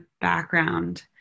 background